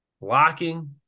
Locking